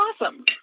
awesome